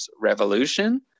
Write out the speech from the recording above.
revolution